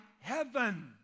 heaven